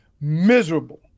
Miserable